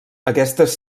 aquestes